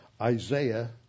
Isaiah